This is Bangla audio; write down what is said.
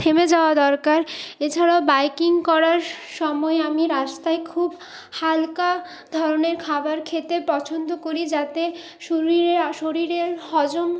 থেমে যাওয়া দরকার এছাড়াও বাইকিং করার সময় আমি রাস্তায় খুব হালকা ধরনের খাবার খেতে পছন্দ করি যাতে শরীরে শরীরের হজম